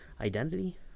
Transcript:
identity